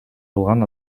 кылган